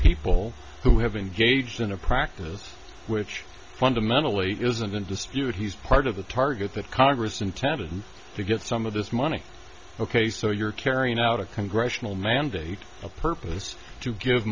people who have engaged in a practice which fundamentally isn't in dispute he's part of the target that congress intended to get some of this money ok so you're carrying out a congressional mandate a purpose to give